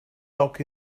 lock